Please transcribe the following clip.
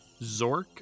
zork